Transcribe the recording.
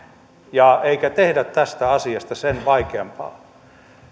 eikä tehdä tästä asiasta sen vaikeampaa